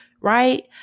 right